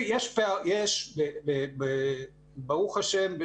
ברוך השם,